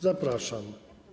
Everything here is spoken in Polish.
Zapraszam.